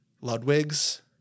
Ludwig's